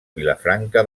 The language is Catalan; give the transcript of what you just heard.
vilafranca